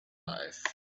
life